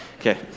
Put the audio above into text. Okay